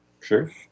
Sure